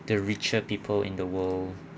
the richer people in the world